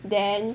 then